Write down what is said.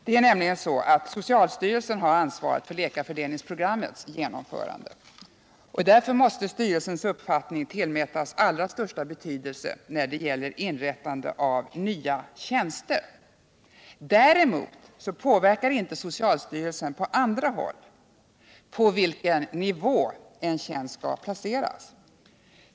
Det är nämligen så att socialstyrelsen har ansvaret för läkarfördelningsprogrammets genomförande. Därför måste styrelsens uppfattning tillmätas allra största betydelse när det gäller inrättandet av nya tjänster. Däremot kan socialstyrelsen på andra håll inte påverka fastställandet av på vilken nivå en tjänst skall placeras.